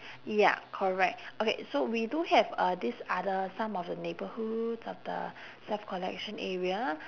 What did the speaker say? ya correct okay so we do have uh this other some of neighborhoods of the self collection area